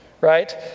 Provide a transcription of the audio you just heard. right